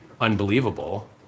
unbelievable